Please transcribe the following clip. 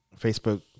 Facebook